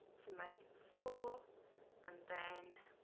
to make four and then